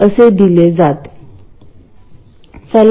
असे करण्यात काहीही अर्थ नाही